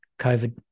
COVID